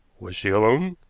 was she alone?